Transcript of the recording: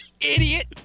idiot